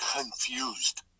confused